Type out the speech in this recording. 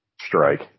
Strike